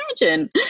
imagine